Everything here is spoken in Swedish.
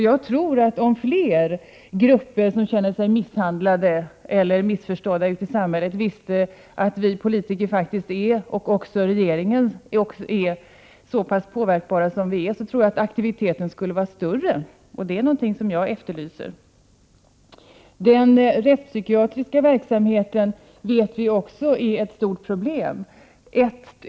Jag tror att om andra grupper som känner sig misshandlade eller missförstådda visste att vi politiker och regeringen faktiskt är så pass påverkningsbara skulle aktiviteten bli större, och det är någonting som jag efterlyser. Vi vet att den rättspsykiatriska verksamheten är ett stort problem.